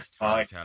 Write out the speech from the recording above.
hi